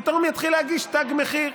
פתאום יתחיל להגיש תג מחיר,